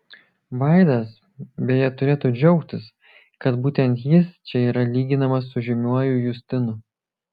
vaidas beje turėtų džiaugtis kad būtent jis čia yra lyginamas su žymiuoju justinu